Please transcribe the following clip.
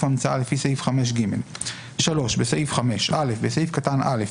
המצאה לפי סעיף 5(ג)."; בסעיף 5 - בסעיף קטן (א),